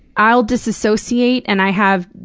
i'll disassociate and i have.